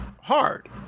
hard